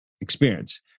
experience